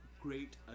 great